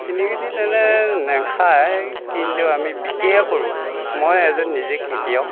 কিনি কিনি মানে নেখায় কিন্তু আমি বিকী কৰোঁ মই এজন নিজে খেতিয়ক